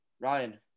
Ryan